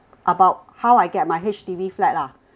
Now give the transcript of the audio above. about how I get my H_D_B flat lah